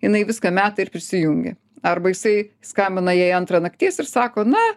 jinai viską meta ir prisijungia arba jisai skambina jai antrą nakties ir sako na